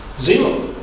Zero